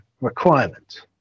requirement